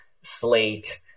slate